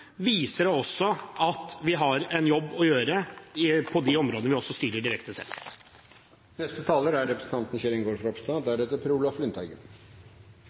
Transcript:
viser det at vi har en jobb å gjøre på de områdene vi styrer direkte